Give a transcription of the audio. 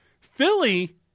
Philly